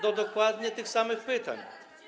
do dokładnie tych samych pytań.